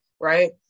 right